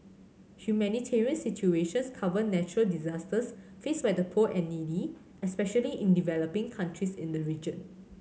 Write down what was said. humanitarian situations cover natural disasters faced by the poor and needy especially in developing countries in the region